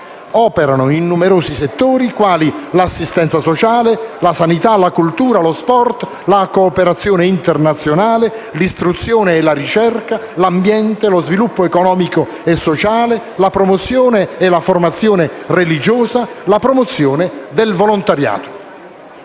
Operano in numerosi settori quali l'assistenza sociali, la sanità, la cultura, lo sport, la cooperazione internazionale, l'istruzione e la ricerca, l'ambiente, lo sviluppo economico e sociale, la promozione e la formazione religiosa, la promozione del volontariato.